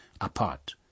apart